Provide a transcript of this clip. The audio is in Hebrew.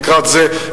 לקראת זה.